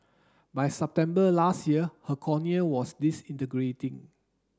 by September last year her cornea was disintegrating